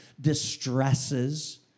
distresses